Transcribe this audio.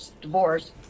divorce